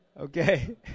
Okay